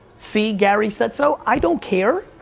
see gary said so, i don't care.